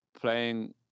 playing